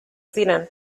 ziren